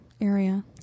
area